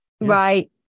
right